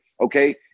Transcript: okay